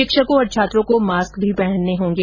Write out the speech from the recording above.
शिक्षकों और छात्रों को मास्क भी पहनने होंगे